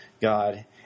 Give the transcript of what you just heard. God